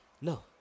No